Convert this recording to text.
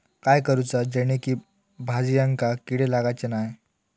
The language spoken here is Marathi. काय करूचा जेणेकी भाजायेंका किडे लागाचे नाय?